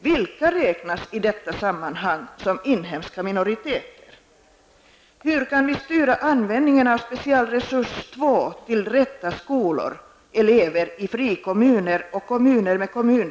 Vilka räknas i detta sammanhang som inhemska minoriteter?